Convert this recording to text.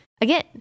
Again